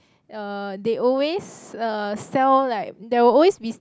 uh they always uh sell like there will always be